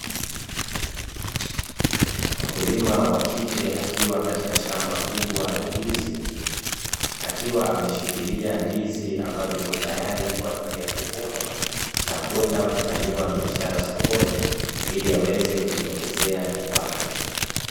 Mkulima wa kike akiwa katika shamba kubwa la ndizi, akiwa ameshikilia ndizi ambayo iko tayari kwa kuvunwa na kwenda kufanyiwa biashara sokoni ili aweze kujiongezea kipato.